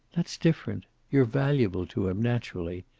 that's different. you're valuable to him, naturally.